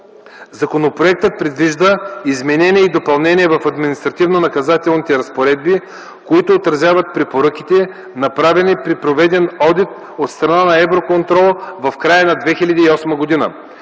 Законопроектът предвижда изменения и допълнения в административно-наказателните разпоредби, които отразяват препоръките, направени при проведен одит от страна на Евроконтрол в края на 2008 г.